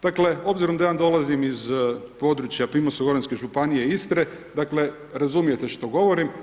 Dakle, obzirom da ja dolazim iz područja Primorsko-goranske županije Istre, dakle razumijete što govorim.